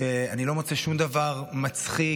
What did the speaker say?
שאני לא מוצא שום דבר מצחיק,